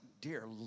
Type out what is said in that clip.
dear